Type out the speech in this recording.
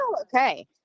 okay